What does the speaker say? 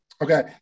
Okay